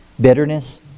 bitterness